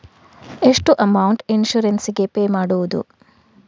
ಎಷ್ಟು amount insurance ಗೇ pay ಮಾಡುವುದು?